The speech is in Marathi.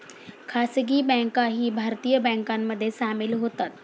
खासगी बँकाही भारतीय बँकांमध्ये सामील होतात